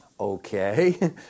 Okay